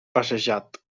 passejat